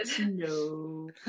No